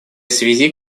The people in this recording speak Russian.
связи